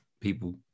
people